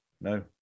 no